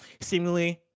seemingly